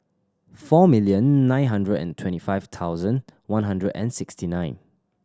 four million nine hundred and twenty five thousand one hundred and sixty nine